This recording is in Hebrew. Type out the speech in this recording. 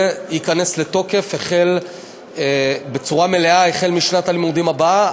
זה ייכנס לתוקף בצורה מלאה החל בשנת הלימודים הבאה,